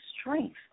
strength